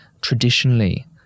traditionally